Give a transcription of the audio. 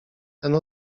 ten